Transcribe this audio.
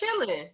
chilling